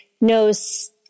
knows